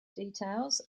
details